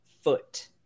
Foot